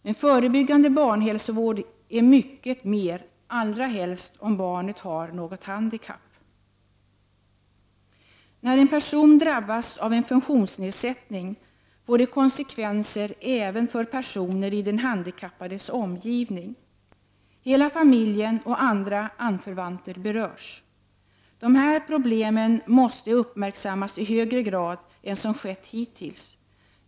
Men förebyggande barnhälsovård är så mycket mera — allra helst om barnet har något handikapp. När en person drabbas av en funktionsnedsättning får detta konsekvenser även för personer i den handikappades omgivning. Hela familjen och andra anförvanter berörs. De här problemen måste uppmärksammas i högre grad än som hittills skett.